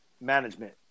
management